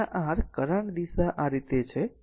અને આ r current દિશા આ રીતે છે